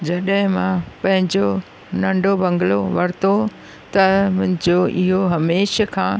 जॾहिं मां पंहिंजो नंढो बंगलो वरितो त मुंहिंजो इहो हमेशा खां